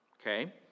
okay